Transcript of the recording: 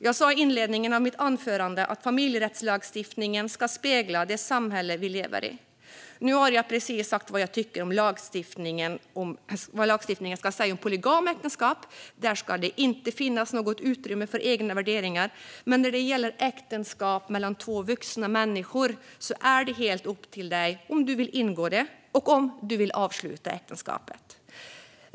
Jag sa i inledningen av mitt anförande att familjerättslagstiftningen ska spegla det samhälle vi lever i. Nu har jag precis sagt vad jag tycker att lagstiftningen ska säga om polygama äktenskap, där det inte ska finnas något utrymme för egna värderingar. Men när det gäller äktenskap mellan två vuxna människor är det helt upp till dem om de vill ingå det och om de vill avsluta äktenskapet.